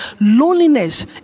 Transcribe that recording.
loneliness